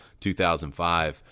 2005